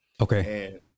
Okay